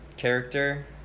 character